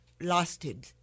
lasted